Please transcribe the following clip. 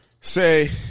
Say